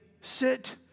sit